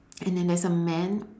and then there's a man